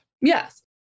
Yes